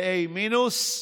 ל-A מינוס,